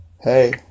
hey